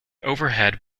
overhead